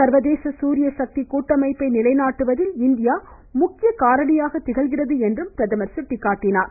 சர்வதேச சூரிய சக்தி கூட்டமைப்பை நிலைநாட்டுவதில் இந்தியா முக்கிய காரணியாக திகழ்கிறது என்றும் பிரதமர் சுட்டிக்காட்டினார்